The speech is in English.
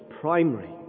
primary